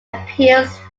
appeals